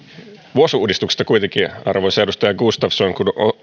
vuosiuudistuksesta kuitenkin arvoisa edustaja gustafsson